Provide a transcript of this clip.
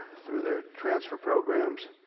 through their transfer programs.